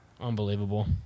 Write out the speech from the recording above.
Unbelievable